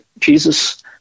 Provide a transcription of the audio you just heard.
Jesus